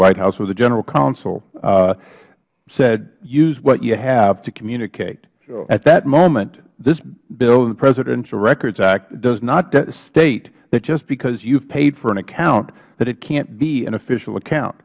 white house or the general counsel said use what you have to communicate at that moment this bill and the presidential records act does not state that just because you have paid for an account that it cant be an official account